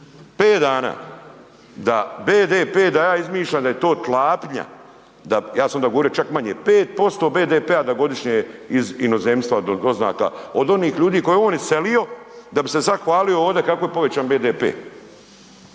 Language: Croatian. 5 dana da BDP da ja izmišljam, da je to tlapnja, da, ja sam onda govorio čak manje, 5% BDP-a da godišnje iz inozemstva od doznaka, od onih ljudi koje je on iselio da bi se sad hvalio ovdje kako je povećan BDP,